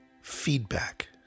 Feedback